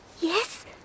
Yes